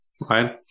right